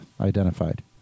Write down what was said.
identified